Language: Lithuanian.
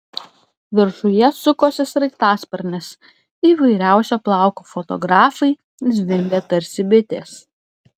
viršuje sukosi sraigtasparnis įvairiausio plauko fotografai zvimbė tarsi bitės